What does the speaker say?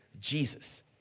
jesus